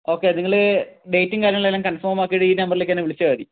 okay നിങ്ങൾ ഡേറ്റും കാര്യങ്ങളെല്ലാം കൺഫോം ആക്കിയിട്ട് ഈ നമ്പറിലേക്ക് എന്നെ വിളിച്ചാൽ മതി